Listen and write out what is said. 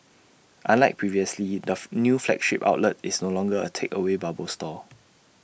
unlike previously the new flagship outlet is no longer A takeaway bubble store